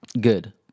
Good